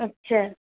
اچھا